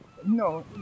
No